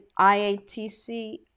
IATC